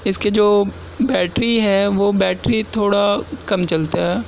اس کے جو بیٹری ہے وہ بیٹری تھوڑا کم چلتا ہے